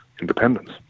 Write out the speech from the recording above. Independence